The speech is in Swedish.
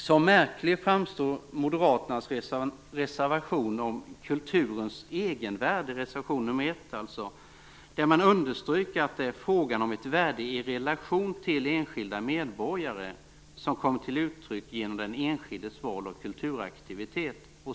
Som märklig framstår Moderaternas reservation om kulturens egenvärde, reservation nr 1, där man understryker att det är fråga om ett värde i relation till enskilda medborgare, som kommer till uttryck genom den enskildes val av kulturaktivitet.